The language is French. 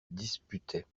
disputaient